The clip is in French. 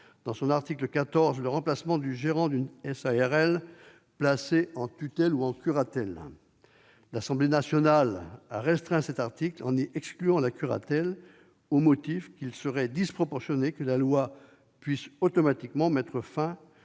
en son article 14, le remplacement du gérant d'une SARL placé en tutelle ou en curatelle. L'Assemblée nationale a restreint cet article en y excluant la curatelle, au motif qu'il serait disproportionné que la loi puisse automatiquement mettre fin